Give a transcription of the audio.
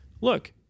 Look